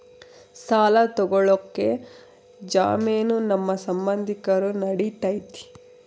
ಸಾಲ ತೊಗೋಳಕ್ಕೆ ಜಾಮೇನು ನಮ್ಮ ಸಂಬಂಧಿಕರು ನಡಿತೈತಿ?